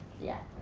yeah.